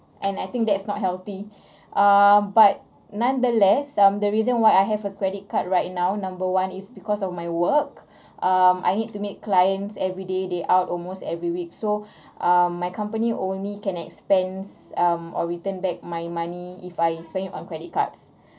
and I think that's not healthy ah but nonetheless um the reason why I have a credit card right now number one is because of my work um I need to meet clients everyday they out almost every week so um my company only can expense um or return back my money if I spend on credit cards